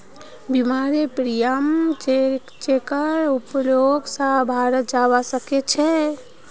बीमारेर प्रीमियम चेकेर उपयोग स भराल जबा सक छे